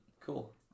Cool